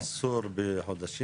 איסור בחודשים